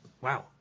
Wow